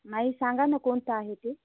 नाही सांगा ना कोणता आहे ते